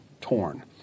torn